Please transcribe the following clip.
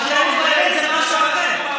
אתה מבלבל, זה משהו אחר.